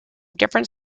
different